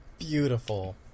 beautiful